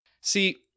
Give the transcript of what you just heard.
see